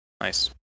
Nice